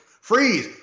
freeze